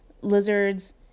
lizards